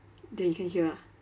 then you can hear ah